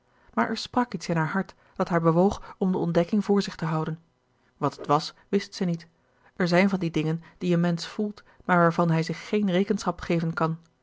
maar er sprak iets in haar hart dat haar bewoog om de ontdekking voor zich te houden wat het was wist zij niet er zijn van die dingen die een mensch voelt maar waarvan hij zich geen rekenschap geven kan